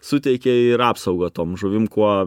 suteikia ir apsaugą tom žuvim kuo